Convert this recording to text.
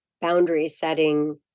boundary-setting